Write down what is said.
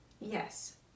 Yes